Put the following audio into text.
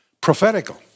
prophetical